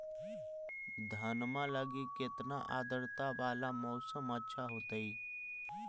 धनमा लगी केतना आद्रता वाला मौसम अच्छा होतई?